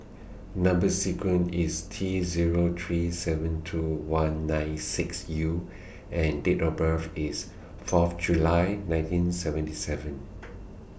Number sequence IS T Zero three seven two one nine six U and Date of birth IS Fourth July nineteen seventy seven